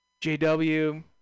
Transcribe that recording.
JW